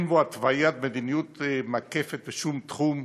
אין בו התוויית מדיניות מקפת בשום תחום,